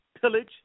pillage